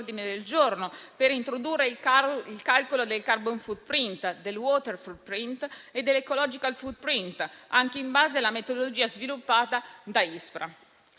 del giorno per introdurre il calcolo della *carbon footprint*, della *water* *footprint* e dell'*ecological footprint*, anche in base alla metodologia sviluppata da ISPRA.